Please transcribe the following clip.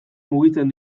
mugitzen